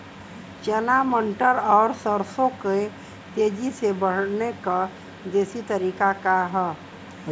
चना मटर और सरसों के तेजी से बढ़ने क देशी तरीका का ह?